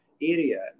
area